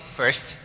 first